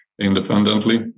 independently